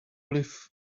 live